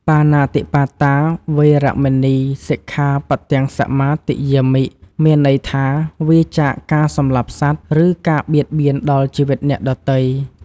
បាណាតិបាតា វេរមណី សិក្ខាបទំ សមាទិយាមិ មានន័យថា វៀរចាកការសម្លាប់សត្វ ឬការបៀតបៀនដល់ជីវិតអ្នកដទៃ។